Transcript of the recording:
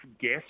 guess